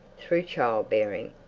through child-bearing.